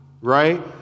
right